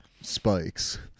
spikes